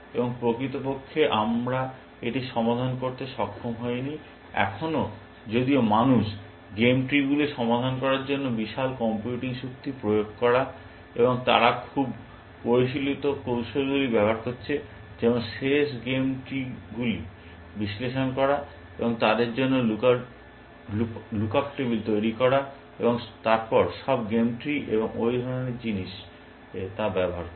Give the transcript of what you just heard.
এবং প্রকৃতপক্ষে আমরা এটির সমাধান করতে সক্ষম হইনি এখনও যদিও মানুষ গেম ট্রিগুলি সমাধান করার জন্য বিশাল কম্পিউটিং শক্তি প্রয়োগ করছে এবং তারা খুব পরিশীলিত কৌশলগুলি ব্যবহার করছে যেমন শেষ গেমগুলি বিশ্লেষণ করা এবং তাদের জন্য লুক আপ টেবিল তৈরি করা এবং তারপর সব গেম ট্রি এবং ওই ধরনের জিনিষে তা ব্যবহার করে